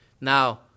Now